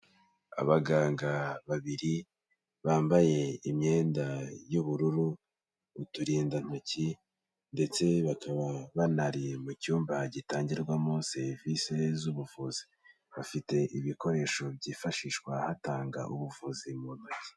Abaganga babiri bambaye imyenda y'ubururu, uturindantoki ndetse bakaba